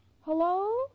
Hello